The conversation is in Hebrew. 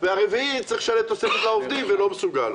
והרביעי צריך לשלם תוספת לעובדים ולא מסוגל.